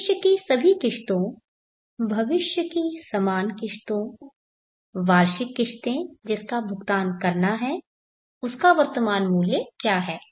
भविष्य की सभी किश्तों भविष्य की समान किश्तों वार्षिक किश्तें जिसका भुगतान करना है उसका वर्तमान मूल्य क्या हैं